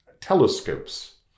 telescopes